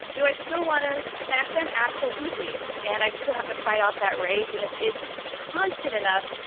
do i still want to smack them? absolutely, and i still have to fight off that rage. and if it's constant enough,